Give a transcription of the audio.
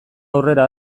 aurrera